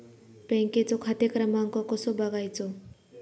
बँकेचो खाते क्रमांक कसो बगायचो?